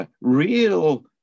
real